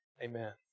Amen